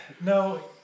no